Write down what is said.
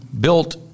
built